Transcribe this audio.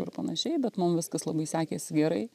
ir panašiai bet mum viskas labai sekėsi gerai